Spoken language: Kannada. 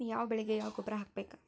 ಯಾವ ಬೆಳಿಗೆ ಯಾವ ಗೊಬ್ಬರ ಹಾಕ್ಬೇಕ್?